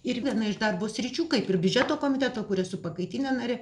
ir viena iš darbo sričių kaip ir biudžeto komiteto kuris su pakaitine nare